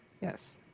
Yes